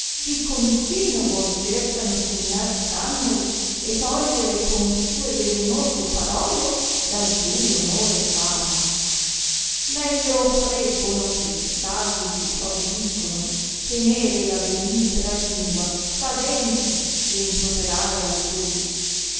di continovo cercano seminar scandali e togliere con sue velenose parole l'altrui onore e fama meglio farebbono questi tali che ciò vi dicono tenere la velenifera lingua tra denti che improperare altrui